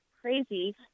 crazy